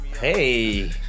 hey